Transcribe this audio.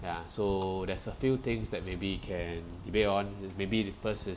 yeah so there's a few things that maybe can debate on maybe the first is